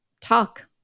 talk